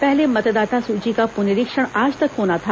पहले मतदाता सूची का पुनरीक्षण आज तक होना था